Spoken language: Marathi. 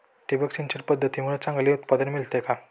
ठिबक सिंचन पद्धतीमुळे चांगले उत्पादन मिळते का?